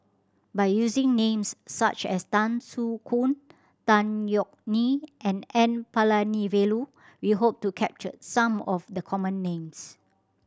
by using names such as Tan Soo Khoon Tan Yeok Nee and N Palanivelu we hope to capture some of the common names